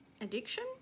addiction